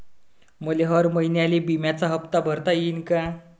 मले हर महिन्याले बिम्याचा हप्ता भरता येईन का?